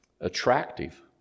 attractive